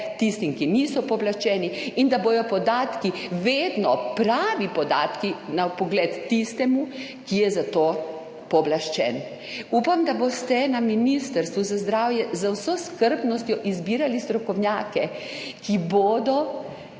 tistim, ki niso pooblaščeni, in da bodo podatki vedno, pravi podatki na vpogled tistemu, ki je za to pooblaščen. Upam, da boste na Ministrstvu za zdravje z vso skrbnostjo izbirali strokovnjake, ki bodo